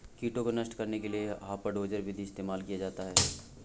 कीटों को नष्ट करने के लिए हापर डोजर विधि का इस्तेमाल किया जाता है